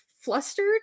flustered